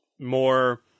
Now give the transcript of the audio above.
more